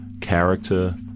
character